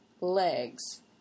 legs